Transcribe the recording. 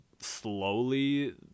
slowly